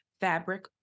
fabric